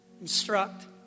instruct